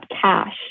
cash